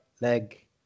leg